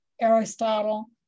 Aristotle